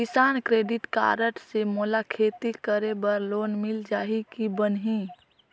किसान credit card से मोला खेती करे बर लोन मिल जाहि की बनही??